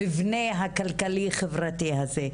המבנה הכלכלי-חברתי הזה.